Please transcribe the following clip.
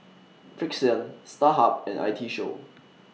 Frixion Starhub and I T Show